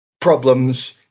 problems